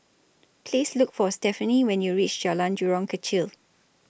Please Look For Stephani when YOU REACH Jalan Jurong Kechil